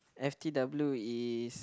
f_t_w is